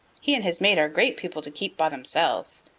he and his mate are great people to keep by themselves.